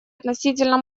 относительно